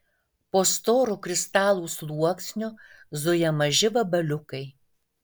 po storu kristalų sluoksniu zuja maži vabaliukai